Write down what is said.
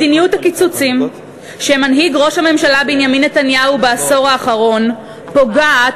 מדיניות הקיצוצים שמנהיג ראש הממשלה בנימין נתניהו בעשור האחרון פוגעת